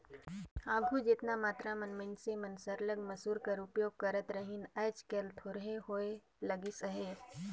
आघु जेतना मातरा में मइनसे मन सरलग मूसर कर उपियोग करत रहिन आएज काएल थोरहें होए लगिस अहे